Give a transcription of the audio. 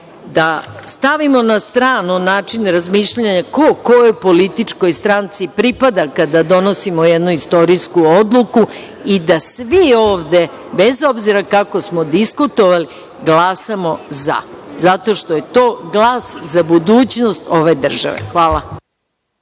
da stavimo na stranu način razmišljanja ko kojoj političkoj stranci pripada, kada donosimo jednu istorijsku odluku, i da svi ovde, bez obzira kako smo diskutovali, glasamo za, zato što je to glas za budućnost ove države. Hvala.